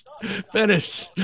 Finish